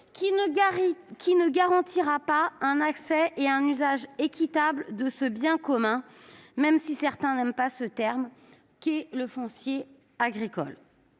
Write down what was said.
qui ne garantira pas un accès et un usage équitables à ce bien commun, même si certains n'aiment pas cette expression, qu'est le foncier agricole